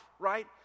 right